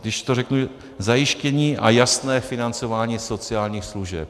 Když to řeknu zajištění a jasné financování sociálních služeb.